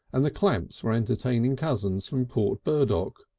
and the clamps were entertaining cousins from port burdock.